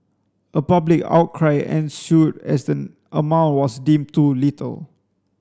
a public outcry ensued as the amount was deemed too little